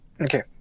Okay